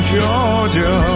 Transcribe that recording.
Georgia